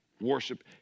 worship